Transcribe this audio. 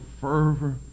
fervor